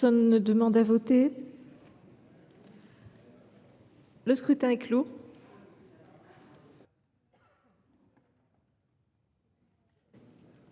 Personne ne demande plus à voter ?… Le scrutin est clos.